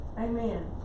Amen